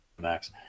max